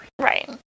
Right